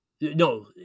no